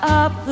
up